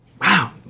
wow